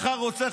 מחר רוצה,